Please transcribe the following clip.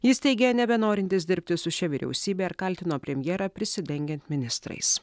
jis teigė nebenorintis dirbti su šia vyriausybe ir kaltino premjerą prisidengiant ministrais